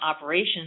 operations